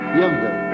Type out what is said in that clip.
younger